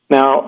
Now